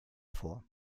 vor